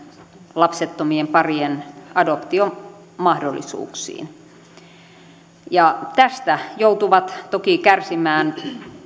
lapsettomien parien adoptiomahdollisuuksiin tästä joutuvat toki kärsimään